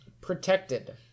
protected